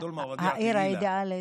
העיר האידיאלית.